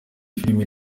filime